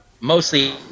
mostly